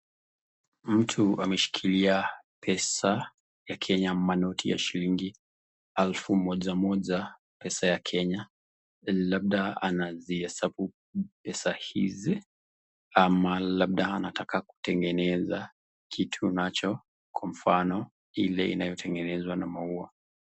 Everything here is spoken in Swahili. Mtu ameshikilia pesa ya Kenya manoti ya shilingi alfu mojamoja pesa ya Kenya labda anazihesabu pesa hizi ama labda anataka kutengeneza kitu nacho kwa mfano ile inayotengenezwa na maua.